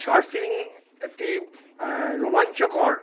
surfing একটি রোমাঞ্চকর